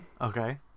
okay